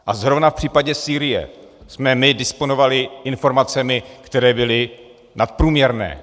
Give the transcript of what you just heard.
A zrovna v případě Sýrie jsme my disponovali informacemi, které byly nadprůměrné.